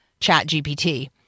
ChatGPT